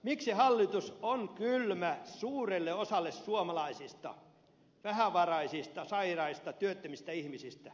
miksi hallitus on kylmä suurelle osalle suomalaisista vähävaraisista sairaista työttömistä ihmisistä